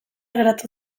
geratu